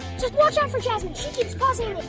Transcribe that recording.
just watch out for jasmine, she keeps pausing